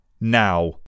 Now